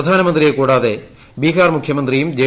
പ്രധാനമന്ത്രിയെ കൂടാതെ ബീഹാർ മുഖ്യമന്ത്രിയും ജെ